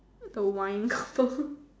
the wine couple